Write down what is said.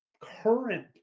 current